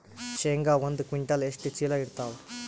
ಶೇಂಗಾ ಒಂದ ಕ್ವಿಂಟಾಲ್ ಎಷ್ಟ ಚೀಲ ಎರತ್ತಾವಾ?